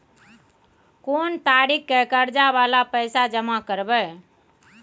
कोन तारीख के कर्जा वाला पैसा जमा करबे?